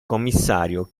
commissario